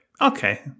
okay